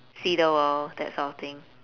see the world that sort of thing